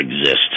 exist